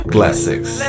Classics